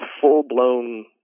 full-blown